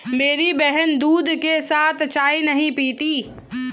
मेरी बहन दूध के साथ चाय नहीं पीती